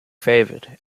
favored